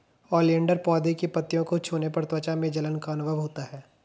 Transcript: oleander पौधे की पत्तियों को छूने पर त्वचा में जलन का अनुभव होता है